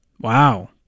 Wow